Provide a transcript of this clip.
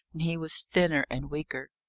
and he was thinner and weaker.